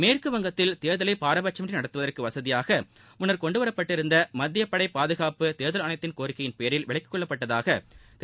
மேற்குவங்கத்தில் தேர்தலை பாரபட்சமின்றி நடத்துவதற்கு வசதியாக முன்னர் கொண்டுவரப்பட்டிருந்த மத்தியப்படை பாதுகாப்பு தேர்தல் ஆணையத்தின் கோரிக்கையின் பேரில் விலக்கிக் கொள்ளப்பட்டதாக திரு